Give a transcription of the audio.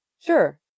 Sure